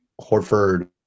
Horford